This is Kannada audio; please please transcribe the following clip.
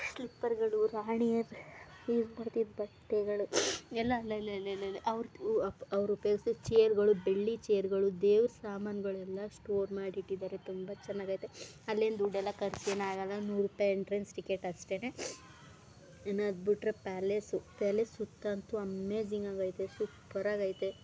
ಸ್ಲಿಪ್ಪರ್ಗಳು ರಾಣಿಯರು ಯೂಸ್ ಮಾಡ್ತಿದ್ದ ಬಟ್ಟೆಗಳು ಎಲ್ಲ ಅಲ್ಲೆಲ್ಲೆಲ್ಲೆಲ್ಲೆ ಅವ್ರದ್ದು ಅವ್ರು ಉಪಯೋಗ್ಸಿದ ಚೇರ್ಗಳು ಬೆಳ್ಳಿ ಚೇರ್ಗಳು ದೇವ್ರ ಸಾಮಾನುಗಳು ಎಲ್ಲ ಸ್ಟೋರ್ ಮಾಡಿಟ್ಟಿದಾರೆ ತುಂಬ ಚನಾಗಿದೆ ಅಲ್ಲೇನು ದುಡ್ಡೆಲ್ಲ ಖರ್ಚ್ ಏನು ಆಗೋಲ್ಲ ನೂರು ರೂಪಾಯಿ ಎಂಟ್ರೆನ್ಸ್ ಟಿಕೆಟ್ ಅಷ್ಟೆ ಇನ್ನು ಅದುಬಿಟ್ರೆ ಪ್ಯಾಲೇಸು ಪ್ಯಾಲೇಸ್ ಸುತ್ತ ಅಂತು ಅಮೇಝಿಂಗ್ ಆಗಿದೆ ಸುಪ್ಪರ್ ಆಗಿದೆ